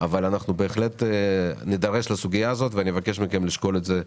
אבל אנחנו בהחלט נידרש לסוגיה הזאת ונבקש מכם לשקול את זה בחיוב.